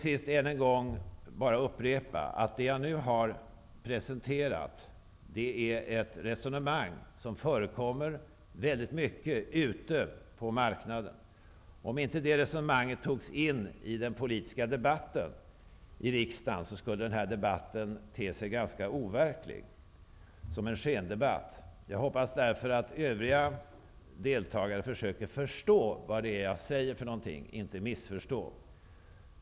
Jag vill bara ännu en gång upprepa att det som jag nu har presenterat är ett resonemang som ofta förs ute på marknaden. Om inte detta resonemang togs in i den politiska diskussionen i riksdagen, skulle den här debatten te sig ganska overklig, som en skendebatt. Jag hoppas därför att övriga debattdeltagare försöker att förstå -- och inte missförstå -- vad det är jag säger.